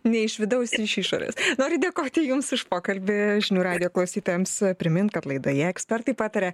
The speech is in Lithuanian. ne iš vidaus iš išorės noriu dėkoti jums už pokalbį žinių radijo klausytojams primint kad laidoje ekspertai pataria